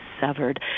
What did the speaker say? severed